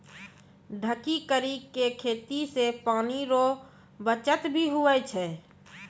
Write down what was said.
ढकी करी के खेती से पानी रो बचत भी हुवै छै